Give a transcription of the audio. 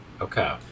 Okay